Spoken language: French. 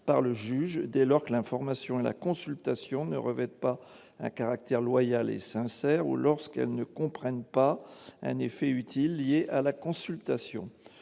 par le juge dès lors que l'information et la consultation ne revêtent pas un caractère loyal et sincère ou lorsqu'elles ne comprennent pas un effet utile lié à la consultation.